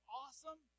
awesome